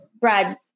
Brad